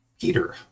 Peter